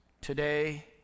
today